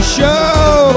show